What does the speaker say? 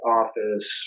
office